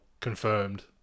confirmed